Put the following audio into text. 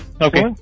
Okay